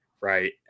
right